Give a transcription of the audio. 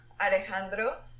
Alejandro